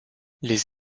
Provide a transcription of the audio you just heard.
les